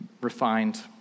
refined